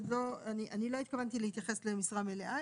אני לא התכוונתי להתייחס למשרה מלאה,